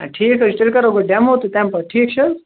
آ ٹھیٖک حظ چھُ تیٚلہِ کَرہو بہٕ ڈٮ۪مو تہٕ تَمہِ پتہٕ ٹھیٖک چھَ حظ